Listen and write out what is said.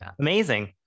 amazing